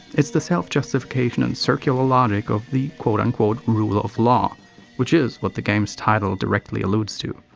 it's the self-justification and circular logic of the rule of law which is what the game's title directly alludes to.